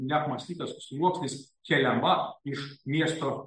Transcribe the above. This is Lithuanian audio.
neapmąstytas sluoksnis keliama iš miesto